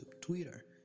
Twitter